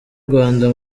rwanda